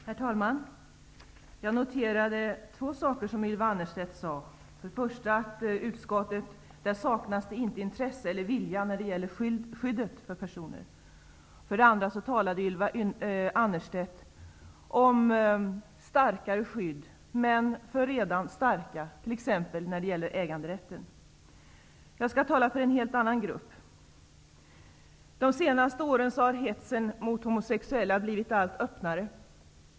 Herr talman! Jag noterade två saker som Ylva Annerstedt sade. För det första att det inte saknas vare sig intresse eller vilja när det gäller att uppställa skyddsregler för personer. För det andra talade Ylva Annerstedt om starkare skydd, men för redan starka, exempelvis dem som berörs av äganderätten. Jag skall tala för en helt annan grupp. De senaste åren har hetsen mot homosexuella blivit allt öppnare.